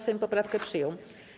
Sejm poprawkę przyjął.